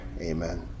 Amen